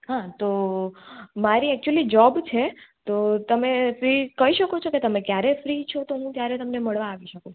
હા તો મારી એકચ્યુલી જોબ છે તો તમે કહી શકો છો કે તમે ક્યારે ફ્રી છો તો હું ત્યારે તમને મળવા આવી શકું